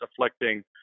afflicting